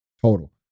total